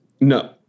No